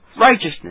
righteousness